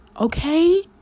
Okay